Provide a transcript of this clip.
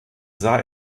sah